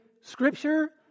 scripture